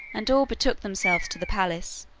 and all betook themselves to the palace,